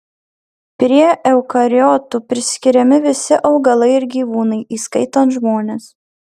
prie eukariotų priskiriami visi augalai ir gyvūnai įskaitant žmones